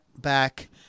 back